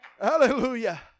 Hallelujah